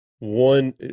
One